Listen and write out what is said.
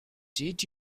did